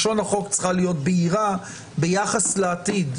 לשון החוק צריכה להיות בהירה ביחס לעתיד.